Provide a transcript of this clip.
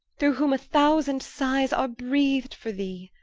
through whom a thousand sighes are breath'd for thee.